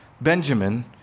Benjamin